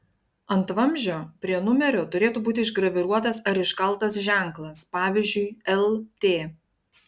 ant vamzdžio prie numerio turėtų būti išgraviruotas ar iškaltas ženklas pavyzdžiui lt